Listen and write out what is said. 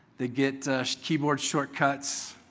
they get keyboard shortcuts.